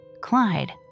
Clyde